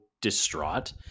distraught